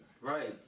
Right